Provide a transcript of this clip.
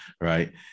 right